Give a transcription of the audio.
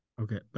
Okay